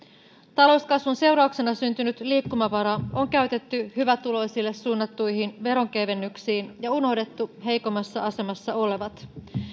talouskasvun seurauksena syntynyt liikkumavara on käytetty hyvätuloisille suunnattuihin veronkevennyksiin ja unohdettu heikommassa asemassa olevat